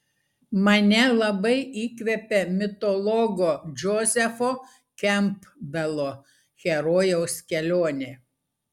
mane labai įkvepia mitologo džozefo kempbelo herojaus kelionė